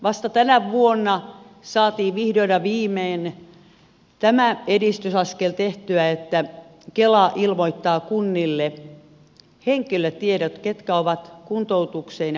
vasta tänä vuonna saatiin vihdoin ja viimein tämä edistysaskel tehtyä että kela ilmoittaa kunnille henkilötiedot ketkä ovat kuntoutukseen ja hoivaan oikeutetut